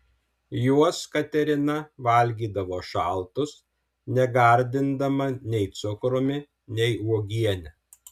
juos katerina valgydavo šaltus negardindama nei cukrumi nei uogiene